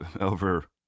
over